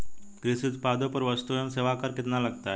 कृषि उत्पादों पर वस्तु एवं सेवा कर कितना लगता है?